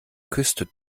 küste